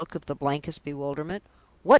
with a look of the blankest bewilderment.